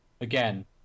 again